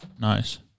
Nice